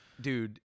dude